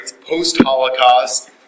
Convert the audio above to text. post-Holocaust